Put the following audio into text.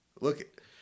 Look